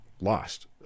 lost